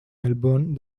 melbourne